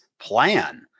plan